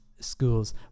schools